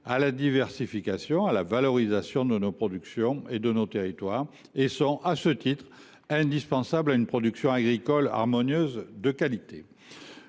à la diversification et à la valorisation de nos productions et de nos territoires. À ce titre, ils sont indispensables à une production agricole harmonieuse et de qualité.